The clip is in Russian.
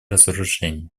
разоружения